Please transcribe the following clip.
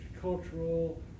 cultural